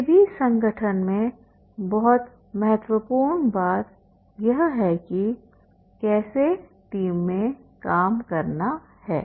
किसी भी संगठन में मुख्य महत्वपूर्ण बात यह है कि कैसे टीम में काम करना है